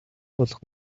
болох